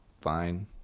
fine